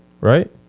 right